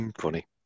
funny